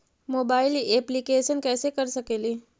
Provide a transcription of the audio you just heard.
Mobile application कैसे कर सकेली?